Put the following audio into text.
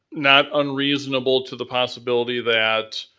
not unreasonable to the possibility that